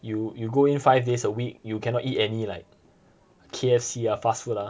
you you go in five days a week you cannot eat any like K_F_C ah fast food ah